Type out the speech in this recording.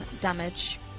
damage